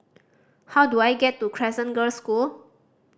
how do I get to Crescent Girls' School